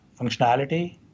functionality